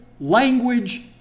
language